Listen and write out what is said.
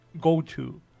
go-to